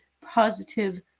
positive